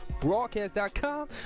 Broadcast.com